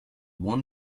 won